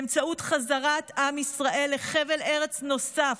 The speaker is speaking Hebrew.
באמצעות חזרת עם ישראל לחבל ארץ נוסף,